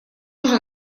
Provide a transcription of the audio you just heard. уже